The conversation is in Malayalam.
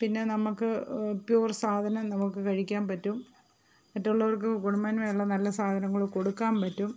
പിന്നെ നമുക്ക് പ്യുവർ സാധനം നമുക്ക് ഴിക്കാൻ പറ്റും മറ്റുള്ളവർക്ക് ഗുണമേന്മയുള്ള നല്ല സാധനങ്ങൾ കൊടുക്കാൻ പറ്റും